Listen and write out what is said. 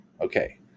Okay